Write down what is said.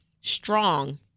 strong